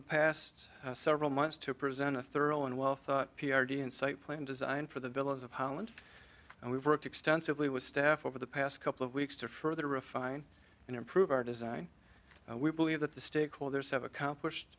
the past several months to present a thorough and well thought p r g insight plan design for the billows of holland and we've worked extensively with staff over the past couple of weeks to further refine and improve our design we believe that the stakeholders have accomplished